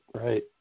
right